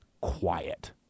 quiet